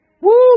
Woo